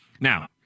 Now